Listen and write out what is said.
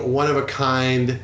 one-of-a-kind